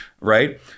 right